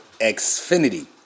Xfinity